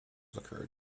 occurred